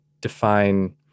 define